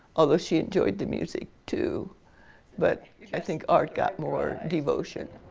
although she enjoyed the music too but i think art got more devotion.